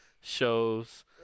shows